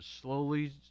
slowly